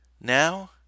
Now